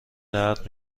درد